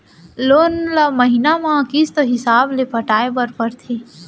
loan ल महिना म किस्त हिसाब ले पटाए बर परथे